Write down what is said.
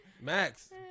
Max